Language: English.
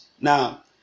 now